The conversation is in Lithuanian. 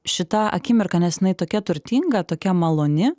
šitą akimirką nes jinai tokia turtinga tokia maloni